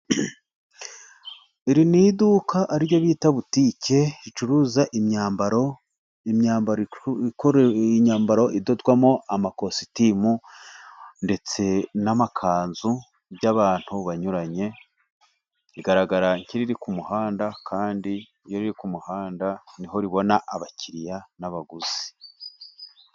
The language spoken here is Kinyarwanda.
Iri n'iduka ari ryo bita butike ricuruza imyambaro. Imyambaro idorwamo amakositimu ndetse n'amakanzu by'abantu banyuranye, igaragara nkiri ku muhanda kandi riri ku muhanda niho ribona abakiriya n'abaguzi.